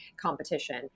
competition